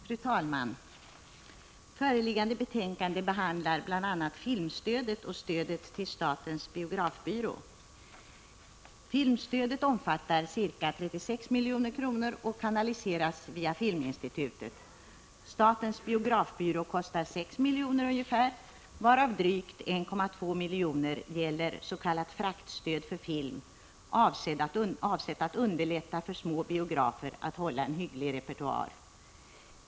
Fru talman! Föreliggande betänkande behandlar bl.a. filmstödet och stödet till statens biografbyrå. Filmstödet omfattar ca 36 milj.kr. och kanaliseras via filminstitutet. Statens biografbyrå kostar ungefär 6 miljoner, varav drygt 1,2 miljoner gäller s.k. fraktstöd för film, avsett att underlätta för små biografer att hålla en hygglig repertoar.